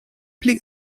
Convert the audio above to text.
pli